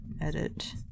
edit